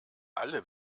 alle